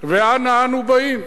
ואנה אנו באים?